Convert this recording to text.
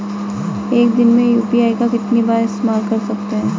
एक दिन में यू.पी.आई का कितनी बार इस्तेमाल कर सकते हैं?